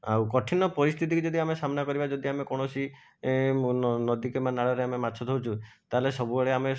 ଆଉ କଠିନ ପରିସ୍ଥିତିକୁ ଯଦି ଆମେ ସାମନା କରିବା ଯଦି ଆମେ କୌଣସି ନଦୀ କିମ୍ବା ନାଳରେ ଆମେ ମାଛ ଧରୁଚୁ ତା ହେଲେ ସବୁବେଳେ ଆମେ